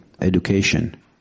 education